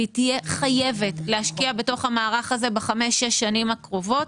והיא תהיה חייבת להשקיע בתוך המערך הזה בחמש-שש השנים הקרובות,